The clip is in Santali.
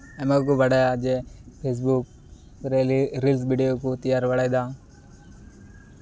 ᱟᱭᱢᱟ ᱠᱚ ᱵᱟᱰᱟᱭᱟ ᱡᱮ ᱯᱷᱮᱥᱵᱩᱠ ᱨᱮ ᱨᱤᱞᱥ ᱵᱷᱤᱰᱭᱳ ᱠᱚ ᱛᱮᱭᱟᱨ ᱵᱟᱲᱟᱭᱮᱫᱟ